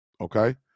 Okay